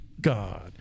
God